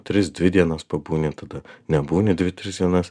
tris dvi dienas pabūni tada nebūni dvi tris dienas